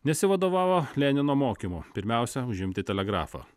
nesivadovavo lenino mokymu pirmiausia užimti telegrafą